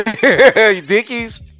Dickies